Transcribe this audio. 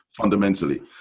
fundamentally